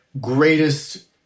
greatest